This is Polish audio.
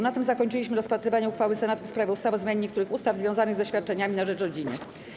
Na tym zakończyliśmy rozpatrywanie uchwały Senatu w sprawie ustawy o zmianie niektórych ustaw związanych ze świadczeniami na rzecz rodziny.